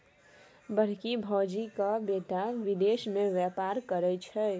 बड़की भौजीक बेटा विदेश मे बेपार करय छै